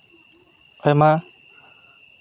ᱟᱭᱢᱟ